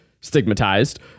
stigmatized